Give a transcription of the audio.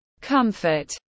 comfort